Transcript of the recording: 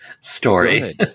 story